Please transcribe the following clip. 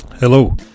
Hello